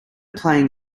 playing